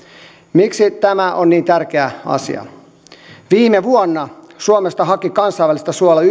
miksi tämä on niin tärkeä asia viime vuonna suomesta haki kansainvälistä suojelua